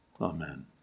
Amen